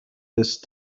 these